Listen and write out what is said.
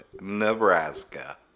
nebraska